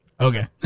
Okay